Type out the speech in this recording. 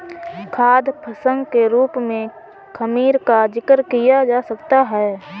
खाद्य फंगस के रूप में खमीर का जिक्र किया जा सकता है